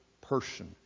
person